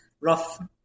Rough